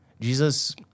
Jesus